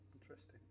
interesting